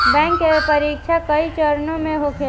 bank के परीक्षा कई चरणों में होखेला